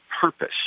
purpose